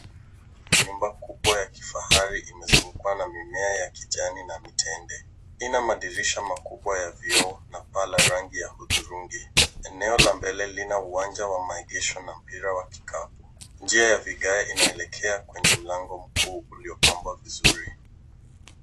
Nyumba kubwa ya kifahari imezungukwa na mimea ya kijani na mitende. Ina madirisha makubwa ya vioo na paa la rangi ya hudhurungi. Eneo la mbele lina uwanja wa maegesho na mpira wa kikapu. Njia ya vigae inaelekea kwenye mlango mkuu uliopambwa vizuri.